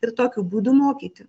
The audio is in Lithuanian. ir tokiu būdu mokyti